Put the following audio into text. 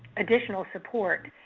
additional support.